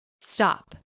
stop